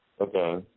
Okay